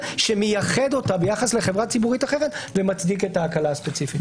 שמייחד אותה ביחס לחברה ציבורית אחרת ומצדיק את ההקלה הספציפית.